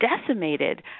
decimated